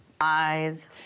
eyes